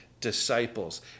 disciples